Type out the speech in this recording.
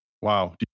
Wow